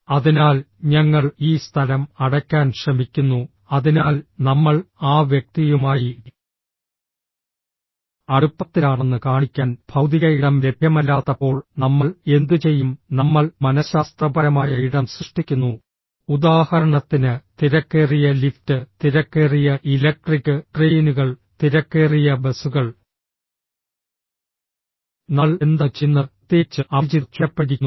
അതിനാൽ ഞങ്ങൾ ഈ സ്ഥലം അടയ്ക്കാൻ ശ്രമിക്കുന്നു അതിനാൽ നമ്മൾ ആ വ്യക്തിയുമായി അടുപ്പത്തിലാണെന്ന് കാണിക്കാൻ ഭൌതിക ഇടം ലഭ്യമല്ലാത്തപ്പോൾ നമ്മൾ എന്തുചെയ്യും നമ്മൾ മനഃശാസ്ത്രപരമായ ഇടം സൃഷ്ടിക്കുന്നു ഉദാഹരണത്തിന് തിരക്കേറിയ ലിഫ്റ്റ് തിരക്കേറിയ ഇലക്ട്രിക് ട്രെയിനുകൾ തിരക്കേറിയ ബസുകൾ നമ്മൾ എന്താണ് ചെയ്യുന്നത് പ്രത്യേകിച്ച് അപരിചിതർ ചുറ്റപ്പെട്ടിരിക്കുന്നു